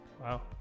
Wow